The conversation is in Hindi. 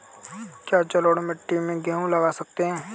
क्या जलोढ़ मिट्टी में गेहूँ लगा सकते हैं?